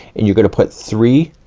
and you're gonna put three